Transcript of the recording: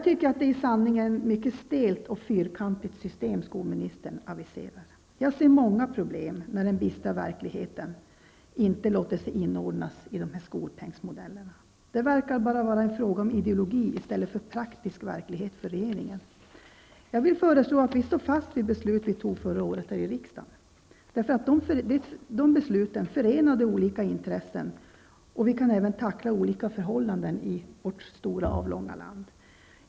Det är i sanning ett mycket stelt och fyrkantigt system som skolministern aviserar. Jag ser många problem när den bistra verkligheten inte låter sig inordnas i skolpengsmodellerna. För regeringen verkar det bara vara en fråga om ideologi i stället för praktisk verklighet. Jag föreslår att vi står fast vid de beslut som vi fattade förra året här i riksdagen. De besluten förenade olika intressen och medför vi även kan tackla olika förhållanden i vårt stora avlånga land.